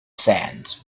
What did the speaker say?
sands